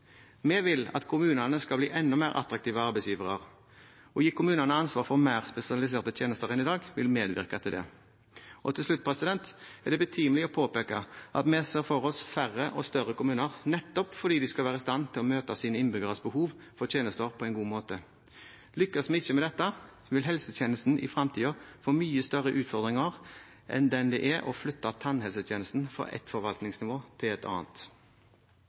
Vi vil at kommunene skal bli enda mer attraktive arbeidsgivere. Å gi kommunene ansvar for mer spesialiserte tjenester enn i dag vil medvirke til det. Til slutt er det betimelig å påpeke at vi ser for oss færre og større kommuner nettopp fordi de skal være i stand til å møte sine innbyggeres behov for tjenester på en god måte. Lykkes vi ikke med dette, vil helsetjenesten i fremtiden få mye større utfordringer enn det det er å flytte tannhelsetjenesten fra ett forvaltningsnivå til et annet.